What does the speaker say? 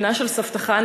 בנה של סבתא חנה,